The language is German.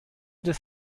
des